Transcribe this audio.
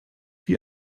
wie